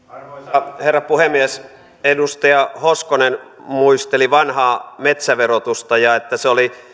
arvoisa herra puhemies edustaja hoskonen muisteli vanhaa metsäverotusta ja sitä että se oli